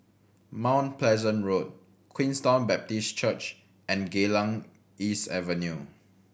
Mount Pleasant Road Queenstown Baptist Church and Geylang East Avenue